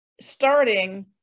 starting